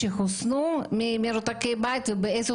לא.